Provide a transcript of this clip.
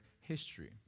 history